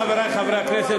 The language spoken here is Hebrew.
חברי חברי הכנסת,